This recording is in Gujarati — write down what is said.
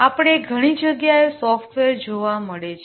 આપણને ઘણી જગ્યાએ સોફ્ટવેર જોવા મળે છે